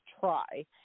try